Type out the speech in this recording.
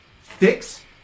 fix